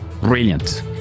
brilliant